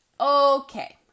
okay